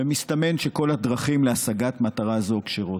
ומסתמן שכל הדרכים להשגת מטרה זו כשרות.